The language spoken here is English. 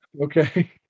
Okay